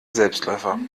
selbstläufer